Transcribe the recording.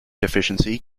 deficiency